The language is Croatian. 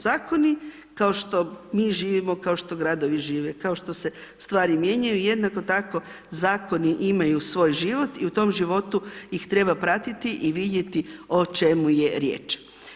Zakoni kao što mi živimo, kao što gradovi žive, kao što se stvari mijenjaju i jednako tako zakoni imaju svoj život i u tom životu ih treba pratiti i vidjeti o čemu je riječ.